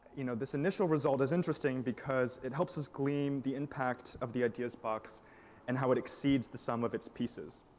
you know, this initial result is interesting because it helps us claim the impact of the ideas box and how it exceeds the sum of its pieces.